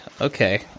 okay